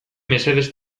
mesedez